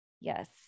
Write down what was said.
Yes